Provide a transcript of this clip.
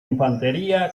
infantería